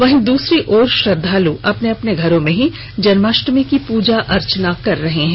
वहीं दूसरी ओर श्रद्धालु अपने अपने घरों में ही जन्माष्टमी की प्रजा अर्चना कर रहे हैं